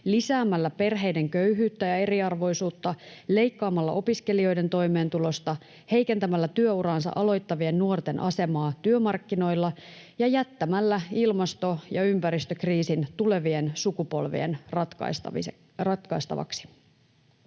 lisäämällä perheiden köyhyyttä ja eriarvoisuutta, leikkaamalla opiskelijoiden toimeentulosta, heikentämällä työuraansa aloittavien nuorten asemaa työmarkkinoilla ja jättämällä ilmasto- ja ympäristökriisin tulevien sukupolvien ratkaistavaksi.